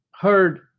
heard